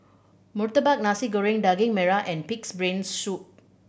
murtabak Nasi Goreng Daging Merah and Pig's Brain Soup